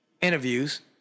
interviews